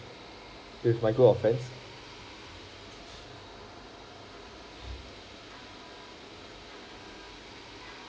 with my group of friends